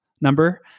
number